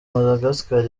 madagascar